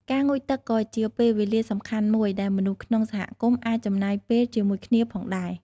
ការងូតទឹកក៏ជាពេលវេលាសំខាន់មួយដែលមនុស្សក្នុងសហគមន៍អាចចំណាយពេលជាមួយគ្នាផងដែរ។